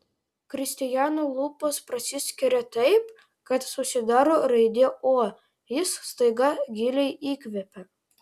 kristijano lūpos prasiskiria taip kad susidaro raidė o jis staiga giliai įkvepia